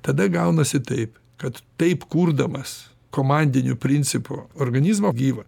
tada gaunasi taip kad taip kurdamas komandiniu principu organizmą gyvą